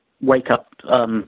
wake-up